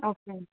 okay అండి